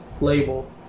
label